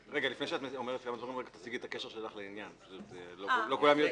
תציגי את הקשר שלך לעניין, לא כולם יודעים.